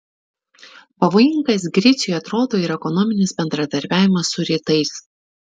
pavojingas griciui atrodo ir ekonominis bendradarbiavimas su rytais